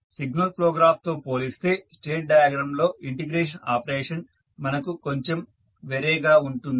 signal flow graph తో పోలిస్తే state diagram లో ఇంటిగ్రేషన్ ఆపరేషన్ మనకు కొంచెం వేరేగా ఉంటుంది